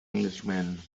englishman